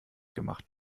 gemacht